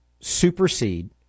Supersede